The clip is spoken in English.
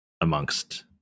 amongst